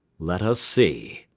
let us see,